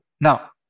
Now